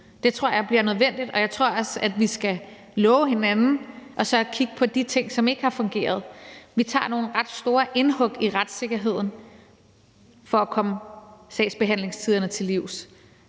Det tror jeg bliver nødvendigt, og jeg tror også, at vi skal love hinanden så at kigge på de ting, som ikke har fungeret. Vi gør nogle ret store indhug i retssikkerheden for at komme sagsbehandlingstiderne til livs.